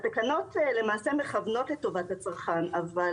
התקנות למעשה מכוונות לטובת הצרכן, אבל